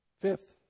fifth